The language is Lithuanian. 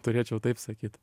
turėčiau taip sakyt